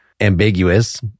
ambiguous